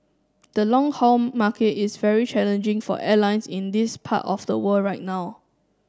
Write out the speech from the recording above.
the long haul market is very challenging for airlines in this part of the world right now